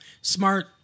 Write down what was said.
smart